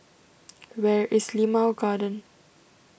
where is Limau Garden